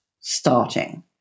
starting